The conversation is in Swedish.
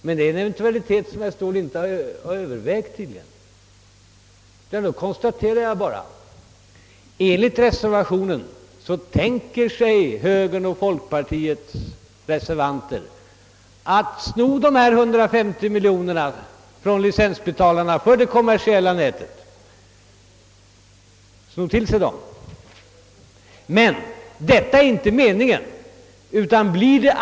Men det är tydligen en eventuaklitet som herr Ståhl inte har övervägt. Jag konstaterar alltså av reservationen att högerns och folkpartiets reser vanter tänker »sno till sig» dessa 150 miljoner kronor från licensbetalarna till förmån för det kommersiella nätet. Men detta är inte meningen enligt herr Ståhl.